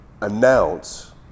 announce